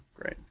Great